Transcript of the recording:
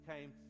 came